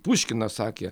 puškinas sakė